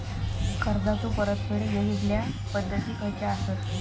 कर्जाचो परतफेड येगयेगल्या पद्धती खयच्या असात?